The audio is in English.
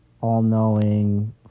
All-knowing